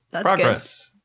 progress